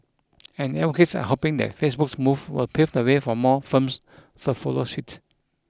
and advocates are hoping that Facebook's move will pave the way for more firms to follow suit